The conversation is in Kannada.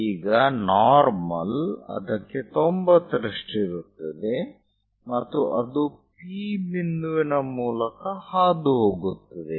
ಈಗ ನಾರ್ಮಲ್ ಅದಕ್ಕೆ 90ರಷ್ಟು ಇರುತ್ತದೆ ಮತ್ತು ಅದು P ಬಿಂದುವಿನ ಮೂಲಕ ಹಾದುಹೋಗುತ್ತದೆ